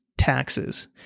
Taxes